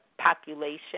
population